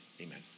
Amen